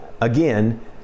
Again